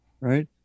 right